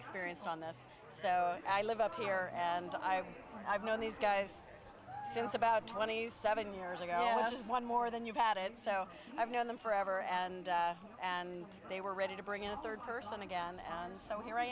experienced on that so i live up here and i i've known these guys since about twenty seven years ago one more than you had and so i've known them forever and and they were ready to bring in a third person again and so here i